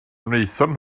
wnaethon